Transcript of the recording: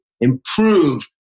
improve